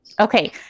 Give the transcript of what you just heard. Okay